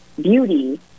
beauty